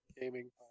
gaming